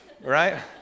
right